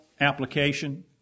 application